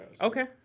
Okay